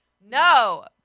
No